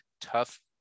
Tough